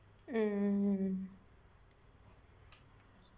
mm